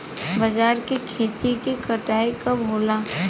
बजरा के खेती के कटाई कब होला?